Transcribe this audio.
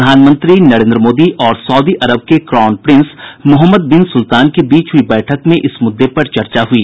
प्रधानमंत्री नरेन्द्र मोदी और सऊदी अरब के crown prince Mohammed bin Sultan के बीच हुई बैठक में इस मुद्दे पर चर्चा हुई